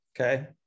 Okay